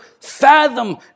fathom